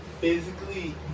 physically